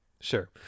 Sure